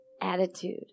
attitude